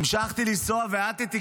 המשכתי לנסוע והאטתי,